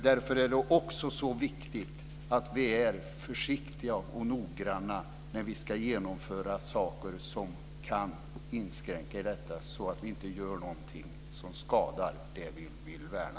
Därför är det också så viktigt att vi är försiktiga och noggranna när vi ska genomföra saker som kan inskränka i detta, så att vi inte gör någonting som skadar det vi vill värna.